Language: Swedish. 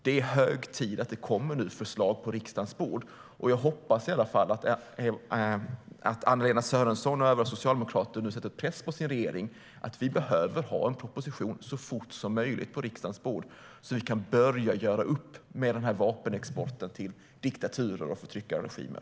Det är hög tid att det nu läggs fram förslag på riksdagens bord, och jag hoppas att Anna-Lena Sörenson och övriga socialdemokrater sätter press på sin regering. Vi behöver ha en proposition på riksdagens bord så fort som möjligt, så att vi kan börja göra upp med vapenexporten till diktaturer och förtryckarregimer.